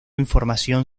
información